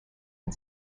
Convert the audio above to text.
and